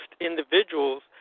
individuals